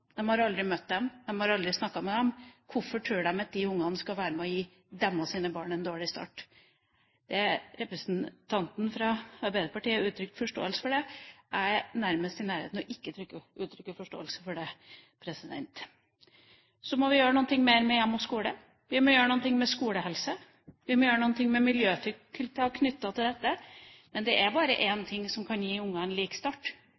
skal være med på å gi deres barn en dårlig start? Representanten fra Arbeiderpartiet uttrykte forståelse for det, jeg er i nærheten av ikke å uttrykke forståelse for det. Så må vi gjøre noe mer med hjem og skole. Vi må gjøre noe med skolehelse, vi må gjøre noe med miljøtiltak knyttet til dette. Men det er bare én ting som kan gi ungene lik start,